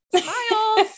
smiles